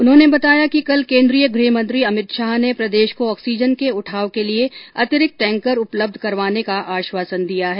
उन्होंने बताया कि कल केन्द्रीय गृह मंत्री अमित शाह ने प्रदेश को ऑक्सीजन के उठाव के लिए अतिरिक्त टैंकर उपलब्ध करवाने का आश्वासन दिया है